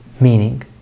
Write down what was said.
Meaning